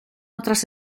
otras